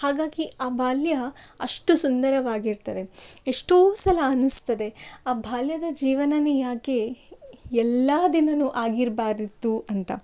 ಹಾಗಾಗಿ ಆ ಬಾಲ್ಯ ಅಷ್ಟು ಸುಂದರವಾಗಿರ್ತದೆ ಎಷ್ಟೋ ಸಲ ಅನಿಸ್ತದೆ ಆ ಬಾಲ್ಯದ ಜೀವನನೇ ಯಾಕೆ ಎಲ್ಲಾ ದಿನ ಆಗಿರ್ಬಾರ್ದಿತ್ತು ಅಂತ